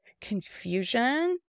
confusion